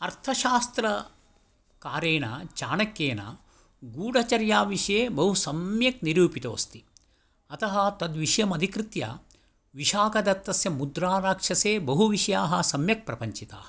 अर्थशास्त्रकारेण चाणक्येण गूढचर्याविषये बहु सम्यक् निरूपितोऽस्ति अतः तद् विषयम् अधिकृत्य विशाखदत्तस्य मुद्राराक्षसे बहुविषयाः सम्यक् प्रपञ्चिताः